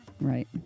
Right